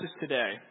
today